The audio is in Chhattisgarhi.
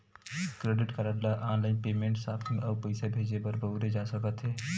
क्रेडिट कारड ल ऑनलाईन पेमेंट, सॉपिंग अउ पइसा भेजे बर बउरे जा सकत हे